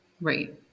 Right